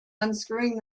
unscrewing